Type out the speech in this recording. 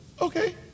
okay